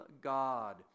god